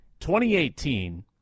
2018